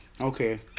Okay